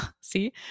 see